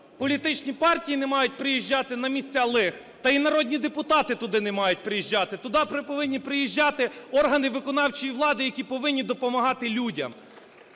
політичні партії не мають приїжджати на місця лих. Та і народні депутати не мають приїжджати, туди повинні приїжджати органи виконавчої влади, які повинні допомагати людям.